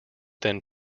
then